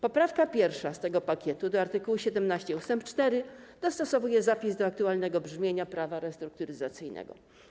Poprawka 1. z tego pakietu do art. 17 ust. 4 dostosowuje zapis do aktualnego brzmienia Prawa restrukturyzacyjnego.